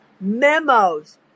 memos